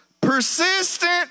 Persistent